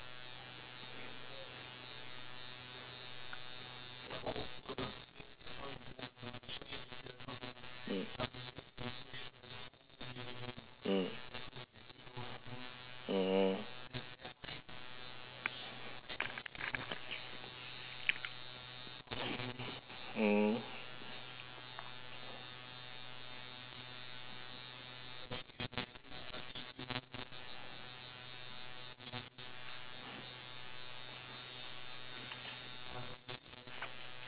mm mm oh mmhmm